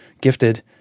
gifted